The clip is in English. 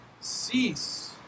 cease